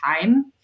time